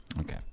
Okay